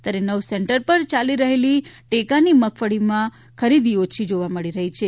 ત્યારે નવ સેન્ટર ઉપર યાલી રહેલી ટેકાની મગફળીમાં ખરીદી ઓછી જોવા મળી રહી છે